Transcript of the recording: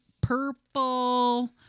purple